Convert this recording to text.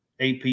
AP